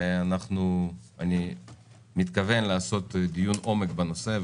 אני מתכוון לעשות דיון עומק בנושא,